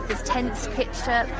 there's tents pitched up,